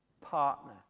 partner